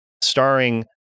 starring